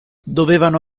dovevano